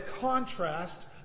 contrast